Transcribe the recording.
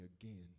again